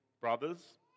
brothers